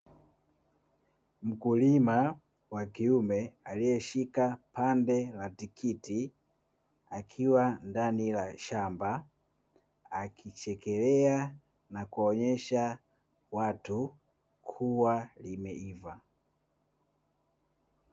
Mkulima wa kuime aliyeshika pande la tikiti akiwa ndani ya shamba akichekelea na kuonyesha watu kuwa limeiva.